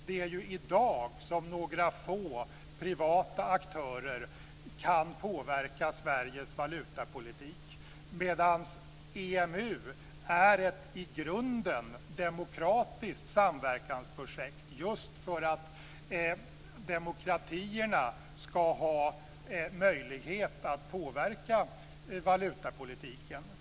Det är i dag som några få privata aktörer kan påverka Sveriges valutapolitik, medan EMU är ett i grunden demokratiskt samverkansprojekt just för att demokratierna ska ha möjlighet att påverka valutapolitiken.